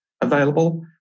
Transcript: available